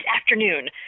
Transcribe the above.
afternoon